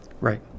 Right